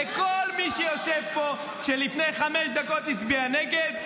לכל מי שיושב פה ושלפני חמש דקות הצביע נגד.